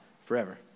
forever